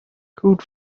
called